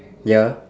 ya